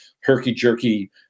herky-jerky